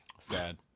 Sad